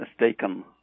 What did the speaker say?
mistaken